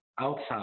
outside